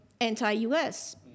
anti-US